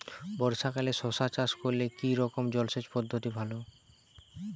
বর্ষাকালে শশা চাষ করলে কি রকম জলসেচ পদ্ধতি ভালো?